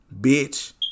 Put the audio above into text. bitch